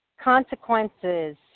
consequences